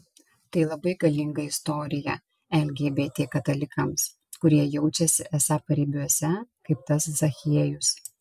tai labai galinga istorija lgbt katalikams kurie jaučiasi esą paribiuose kaip tas zachiejus